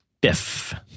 Biff